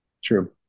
True